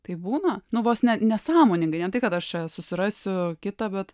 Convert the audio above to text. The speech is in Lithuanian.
tai būna nu vos ne nesąmoningai ne tai kad aš čia susirasiu kitą bet